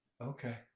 Okay